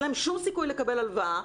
אין להם שום סיכוי לקבל הלוואה,